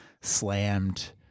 slammed